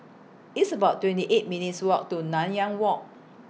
It's about twenty eight minutes' Walk to Nanyang Walk